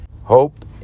Hope